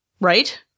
Right